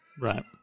Right